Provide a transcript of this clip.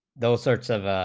those sorts of